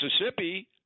Mississippi